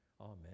Amen